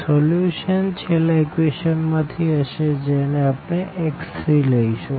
તો સોલ્યુશન છેલ્લા ઇક્વેશન માંથી હશે જેને આપણે x3 લઈશું